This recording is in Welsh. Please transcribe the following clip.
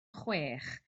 chwech